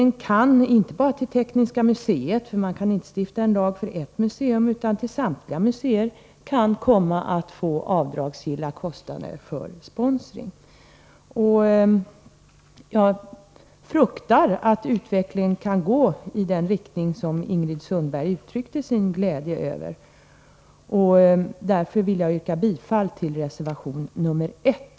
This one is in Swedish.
Det gäller inte bara Tekniska museet — man kan ju inte stifta en lag för ett museum — utan det kommer att gälla samtliga museer. Jag fruktar att utvecklingen kan gå i den riktning som Ingrid Sundberg uttryckte sin glädje över, och därför vill jag yrka bifall till reservation nr 1.